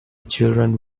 children